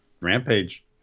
Rampage